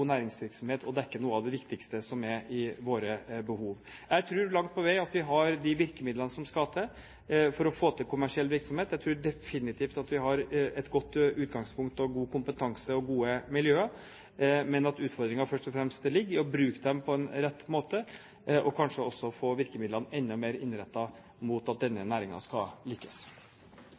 næringsvirksomhet og dekke noe av det viktigste som er i våre behov. Jeg tror langt på vei vi har de virkemidlene som skal til for å få til kommersiell virksomhet. Jeg tror definitivt at vi har et godt utgangspunkt, god kompetanse og gode miljøer, men at ufordringen først og fremst ligger i å bruke dem på den rette måten – og kanskje også få virkemidlene enda mer innrettet mot at denne næringen skal lykkes.